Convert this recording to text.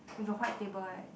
you have a white table right